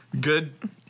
Good